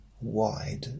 wide